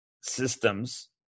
systems